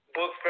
Book